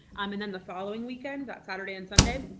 um and then the following weekend, that saturday and sunday,